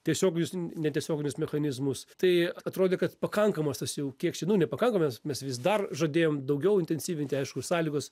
tiesiog netiesioginius mechanizmus tai atrodė kad pakankamas tas jau kiek čia nu nepakankamas mes vis dar žadėjom daugiau intensyvinti aišku sąlygos